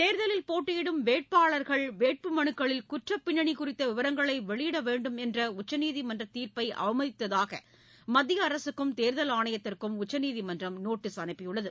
தேர்தலில் போட்டியிடும் வேட்பாளர்கள் வேட்புமனுக்களில் குற்றப் பின்னணி குறித்த விவரங்களை வெளியிட வேண்டும் என்ற உச்சநீதிமன்றத்தின் தீர்ப்பை அவமதித்ததாக மத்திய அரசுக்கும் தேர்தல் ஆணையத்திற்கும் உச்சநீதிமன்றம் நோட்டீஸ் அனுப்பியுள்ளது